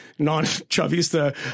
non-Chavista